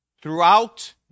Throughout